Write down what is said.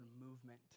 Movement